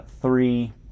three